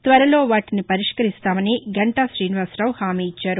త్వరలో వాటిని పరిష్కరిస్తామని గంటా శ్రీనివాసరావు హామీ ఇచ్చారు